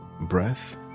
breath